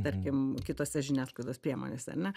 tarkim kitose žiniasklaidos priemonėse ar ne